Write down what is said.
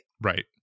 Right